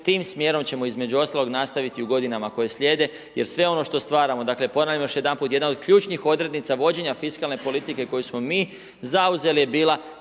tim smjerom ćemo između ostalog nastaviti u godinama koje slijede jer sve ono što stvaramo dakle, ponavljam još jedanput, jedna od ključnih odrednica vođenja fiskalne politike koju smo mi zauzeli je bila